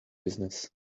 business